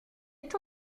est